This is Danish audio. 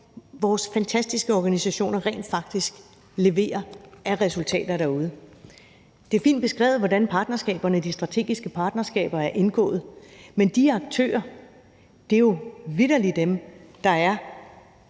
vores fantastiske organisationer rent faktisk leverer af resultater derude. Det er fint beskrevet, hvordan de strategiske partnerskaber er indgået, men det handler jo vitterlig om de